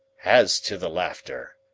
as to the laughter,